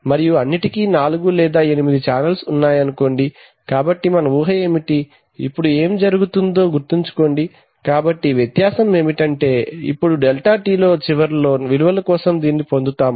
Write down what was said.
మరియు అన్నింటికీ నాలుగు లేదా ఎనిమిది ఛానెల్స్ ఉన్నాయనుకోండి కాబట్టి మన ఊహ ఏమిటంటే ఇప్పుడు ఏమి జరుగుతుందో గుర్తుంచుకోండి కాబట్టి వ్యత్యాసం ఏమిటంటే ఇప్పుడు డెల్టా Tచివరిలో విలువల కోసం దీనిని పొందుతాము